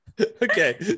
Okay